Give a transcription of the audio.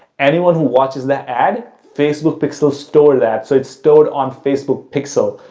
anyone who watches the ad, facebook pixel store that, so it's stored on facebook pixel.